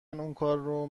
اونکارو